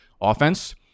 offense